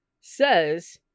says